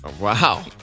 Wow